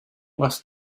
was